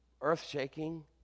earth-shaking